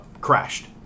crashed